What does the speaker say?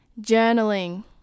journaling